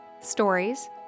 stories